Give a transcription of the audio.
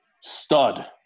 stud